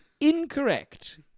incorrect